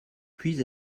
puis